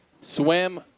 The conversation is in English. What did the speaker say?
Swim